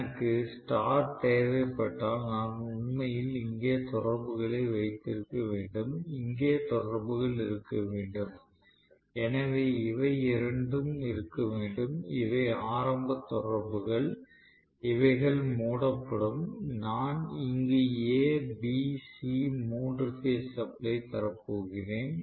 எனக்கு ஸ்டார் தேவைப்பட்டால் நான் உண்மையில் இங்கே தொடர்புகளை வைத்திருக்க வேண்டும் இங்கே தொடர்புகள் இருக்க வேண்டும் எனவே இவை இரண்டும் இருக்க வேண்டும் இவை ஆரம்ப தொடர்புகள் இவைகள் மூடப்படும் நான் இங்கு A B C மூன்று பேஸ் சப்ளை தர போகிறேன்